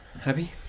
happy